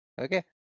okay